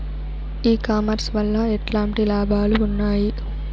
E commerce వల్ల ఎట్లాంటి లాభాలు ఉన్నాయి?